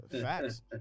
Facts